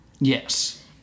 Yes